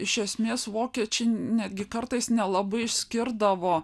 iš esmės vokiečiai netgi kartais nelabai išskirdavo